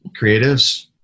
creatives